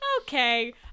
Okay